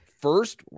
first